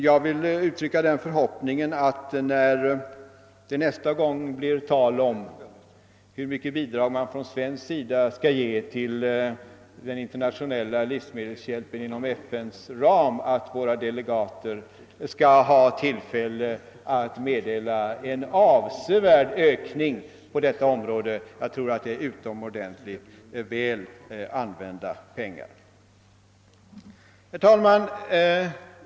Jag vill uttrycka den förhoppningen att, när det nästa gång blir tal om hur mycket bidrag som från svensk sida bör ges till den internationella livsmedelshjälpen inom FN:s ram, våra delegater skall ha tillfälle meddela att det blir en avsevärd ökning på det området; jag tror nämligen att det är utomordentligt väl använda pengar. Herr talman!